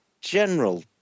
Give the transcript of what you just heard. general